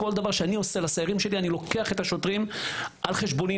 כל דבר שאני עושה לסיירים שלי אני לוקח את השוטרים על חשבוני,